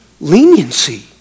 leniency